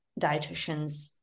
dietitians